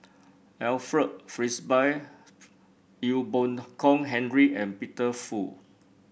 Alfred Frisby Ee Boon Kong Henry and Peter Fu